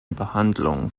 behandlung